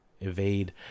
evade